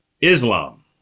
Islam